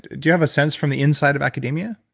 do you have a sense from the inside of academia?